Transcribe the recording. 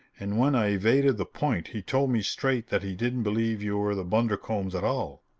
and when i evaded the point he told me straight that he didn't believe you were the bundercombes at all.